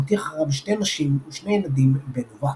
מותיר אחריו שתי נשים ושני ילדים בן ובת.